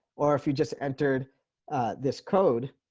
or if you just entered this code.